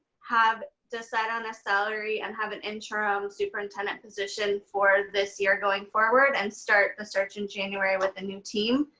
have decided on a salary and have an interim superintendent position for this year going forward and start the search in january with the new team.